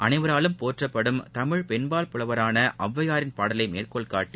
அனைவராலும் போற்றப்படும் தமிழ் பெண் பால் புலவராள அவ்வையாரின் பாடலை மேற்கோள்காட்டி